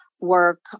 work